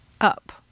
up